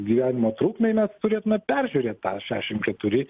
gyvenimo trukmei mes turėtume peržiūrėt tą šešiasdešimt keturi